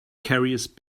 carries